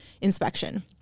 inspection